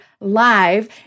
live